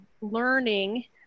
learning